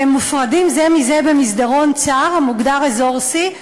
והם מופרדים זה מזה במסדרון צר המוגדר אזור C,